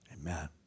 amen